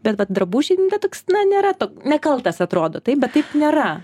bet vat drabužiai na toks na nėra to nekaltas atrodo taip bet taip nėra